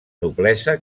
noblesa